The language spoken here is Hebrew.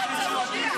הוא הודיע.